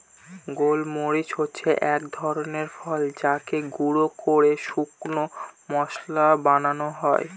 গোল মরিচ হচ্ছে এক ধরনের ফল যাকে গুঁড়া করে শুকনো মশলা বানানো হয়